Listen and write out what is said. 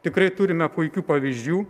tikrai turime puikių pavyzdžių